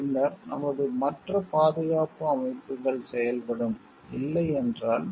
பின்னர் நமது மற்ற பாதுகாப்பு அமைப்புகள் செயல்படும் இல்லை என்றால்